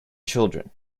children